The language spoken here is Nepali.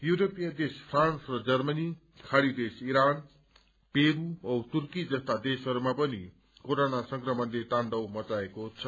युरोपीय देश फ्रान्स र जर्मनी खाड़ी देश इरान पेरू औ तुर्की जस्ता देशहरूमा पनि कोरोना संक्रमणले ताण्डव मच्चाएको छ